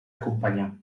acompanyar